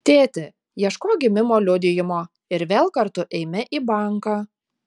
tėti ieškok gimimo liudijimo ir vėl kartu eime į banką